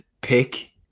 pick